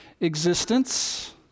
existence